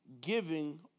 giving